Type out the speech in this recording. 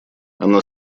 она